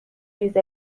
ریز